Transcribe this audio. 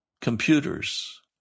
computers